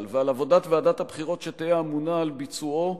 ועל עבודת ועדת הבחירות שתהא אמונה על ביצועו,